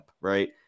right